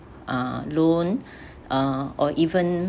uh loan uh or even